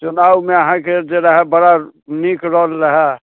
चुनावमे अहाँके जे रहए बड़ा नीक रोल रहए